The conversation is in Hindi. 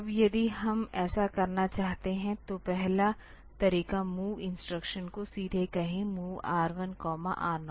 अब यदि हम ऐसा करना चाहते हैं तो पहला तरीका MOV इन्स्ट्रशन को सीधे कहे mov R1 R0